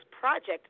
project